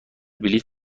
بلیط